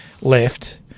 left